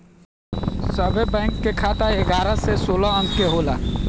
सभे बैंक के खाता एगारह से सोलह अंक के होला